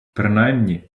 принаймні